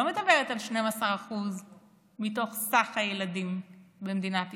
לא מדברת על 12% מתוך כלל הילדים במדינת ישראל,